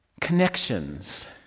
Connections